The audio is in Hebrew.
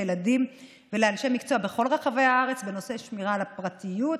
לילדים ולאנשי מקצוע בכל רחבי הארץ בנושא שמירה על הפרטיות,